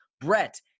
Brett